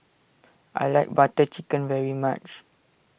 I like Butter Chicken very much